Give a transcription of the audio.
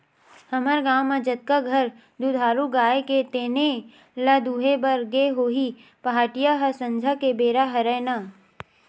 हमर गाँव म जतका घर दुधारू गाय हे तेने ल दुहे बर गे होही पहाटिया ह संझा के बेरा हरय ना